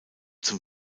zum